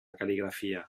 cal·ligrafia